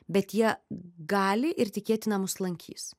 bet jie gali ir tikėtina mus lankys